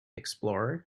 explorer